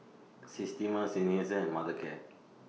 Systema Seinheiser and Mothercare